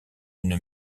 une